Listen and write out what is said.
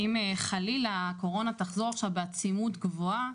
אם חלילה הקורונה תחזור עכשיו בעצימות גבוהה,